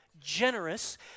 generous